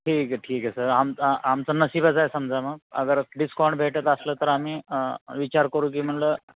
ठीक आहे ठीक आहे सर आमचं आमचं नशीबच आहे समजा मग अगर डिस्काऊंट भेटत असलं तर आम्ही विचार करू की म्हटलं